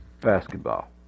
basketball